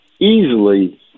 easily